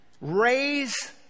raise